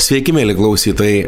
sveiki mieli klausytojai